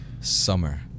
Summer